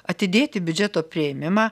atidėti biudžeto priėmimą